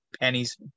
pennies